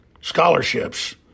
scholarships